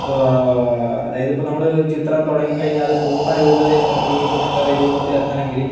ഇപ്പം അതായത് ഇപ്പോൾ നമ്മൾ ചിത്രം തുടങ്ങിക്കഴിഞ്ഞാൽ അത് പൂർണ്ണ രൂപതയിലെത്താൻ രൂപ എന്താ പറയാ രൂപത്തിലെത്തണമെങ്കിൽ